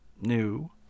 new